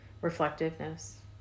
reflectiveness